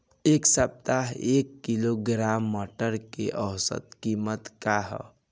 एक सप्ताह एक किलोग्राम मटर के औसत कीमत का ह?